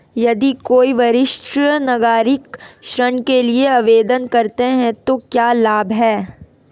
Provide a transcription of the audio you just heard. यदि कोई वरिष्ठ नागरिक ऋण के लिए आवेदन करता है तो क्या लाभ हैं?